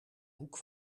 hoek